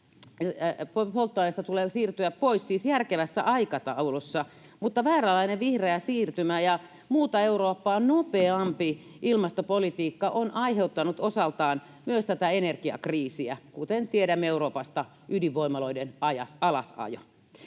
polttoaineesta tulee siirtyä pois siis järkevässä aikataulussa, mutta vääränlainen vihreä siirtymä ja muuta Eurooppaa nopeampi ilmastopolitiikka on aiheuttanut osaltaan myös tätä energiakriisiä, kuten tiedämme Euroopasta ydinvoimaloiden alasajosta.